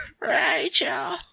Rachel